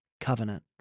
covenant